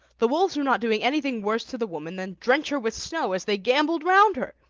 the wolves were not doing anything worse to the woman than drench her with snow as they gambolled round her.